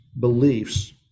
beliefs